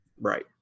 Right